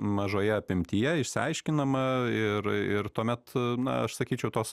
mažoje apimtyje išsiaiškinama ir ir tuomet na aš sakyčiau tos